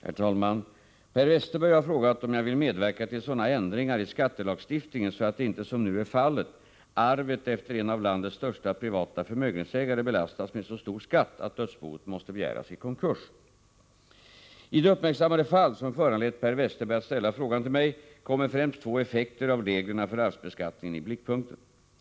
Herr talman! Per Westerberg har frågat om jag vill medverka till sådana ändringar i skattelagstiftningen så att inte, som nu är fallet, arvet efter en av landets största privata förmögenhetsägare belastas med så stor skatt att dödsboet måste begäras i konkurs. I det uppmärksammade fall som föranlett Per Westerberg att ställa frågan till mig kommer främst två effekter av reglerna för arvsbeskattningen i blickpunkten.